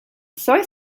soy